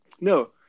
No